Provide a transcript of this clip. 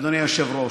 אדוני היושב-ראש,